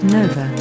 Nova